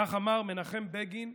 כך אמר מנחם בגין,